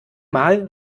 mal